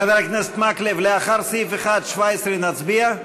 חבר הכנסת מקלב, לאחר סעיף 1, 17 נצביע?